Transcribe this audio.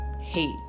hate